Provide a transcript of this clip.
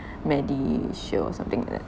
MediShield something like that